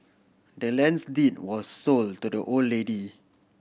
the land's deed was sold to the old lady